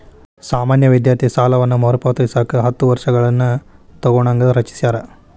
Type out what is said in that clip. ಸಾಮಾನ್ಯ ವಿದ್ಯಾರ್ಥಿ ಸಾಲವನ್ನ ಪಾವತಿಸಕ ಹತ್ತ ವರ್ಷಗಳನ್ನ ತೊಗೋಣಂಗ ರಚಿಸ್ಯಾರ